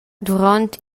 duront